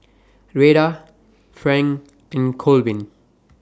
Rheta Frank and Colvin